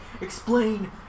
explain